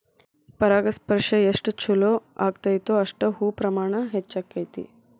ಪರಾಗಸ್ಪರ್ಶ ಎಷ್ಟ ಚುಲೋ ಅಗೈತೋ ಅಷ್ಟ ಹೂ ಪ್ರಮಾಣ ಹೆಚ್ಚಕೈತಿ